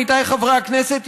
עמיתיי חברי הכנסת,